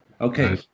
Okay